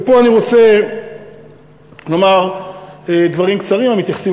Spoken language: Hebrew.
ופה אני רוצה לומר דברים קצרים המתייחסים